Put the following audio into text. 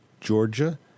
Georgia